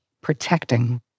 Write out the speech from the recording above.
protecting